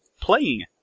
playing